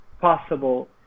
possible